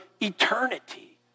eternity